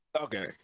Okay